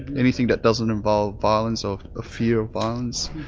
anything that doesn't involve violence or a fear of violence,